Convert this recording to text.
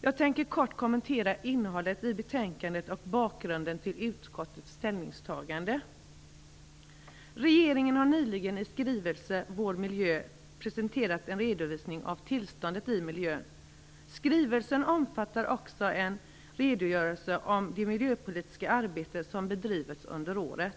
Jag tänker kort kommentera innehållet i betänkandet och bakgrunden till utskottets ställningstagande. Regeringen har nyligen i skrivelsen Vår miljö presenterat en redovisning av tillståndet i miljön. Skrivelsen omfattar också en redogörelse av det miljöpolitiska arbete som bedrivits under året.